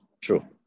true